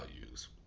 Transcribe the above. values